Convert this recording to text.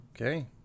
Okay